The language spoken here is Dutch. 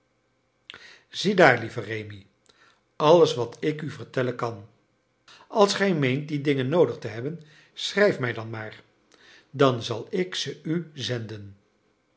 ziedaar lieve rémi alles wat ik u vertellen kan als gij meent die dingen noodig te hebben schrijft mij dan maar dan zal ik ze u zenden